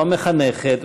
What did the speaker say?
או המחנכת,